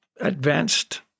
advanced